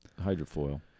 Hydrofoil